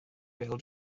bêl